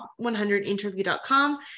top100interview.com